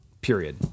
period